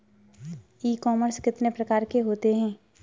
ई commerce कितने प्रकार के होते हैं?